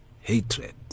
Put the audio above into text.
hatred